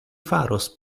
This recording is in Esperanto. faros